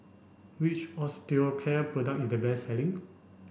which Osteocare product is the best selling